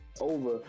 over